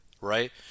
right